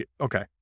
okay